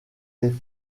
les